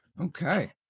Okay